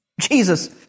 Jesus